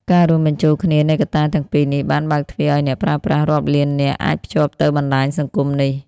ការរួមបញ្ចូលគ្នានៃកត្តាទាំងពីរនេះ បាន បើកទ្វារឲ្យអ្នកប្រើប្រាស់រាប់លាននាក់អាចភ្ជាប់ទៅបណ្តាញសង្គមនេះ។